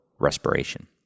respiration